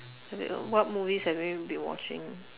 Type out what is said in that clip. uh what movies have we been watching